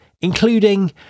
including